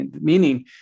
meaning